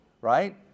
right